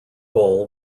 bowl